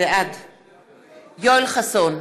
בעד יואל חסון,